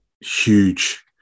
huge